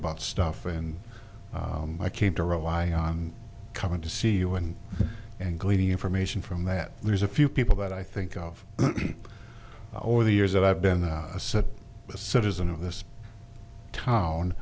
about stuff and i came to rely on coming to see you and and gleaning information from that there's a few people but i think of all the years that i've been such a citizen of this town